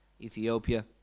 Ethiopia